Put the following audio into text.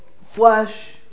flesh